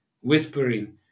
whispering